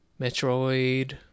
Metroid